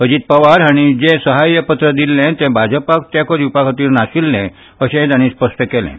अजित पवार हांणी जे सहाय्य पत्र दिल्लें ते भाजपाक तेंको दिवपा खातीर नाशिल्ले अशें तांणी स्पश्ट केलें